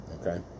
Okay